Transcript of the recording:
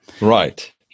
right